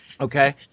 Okay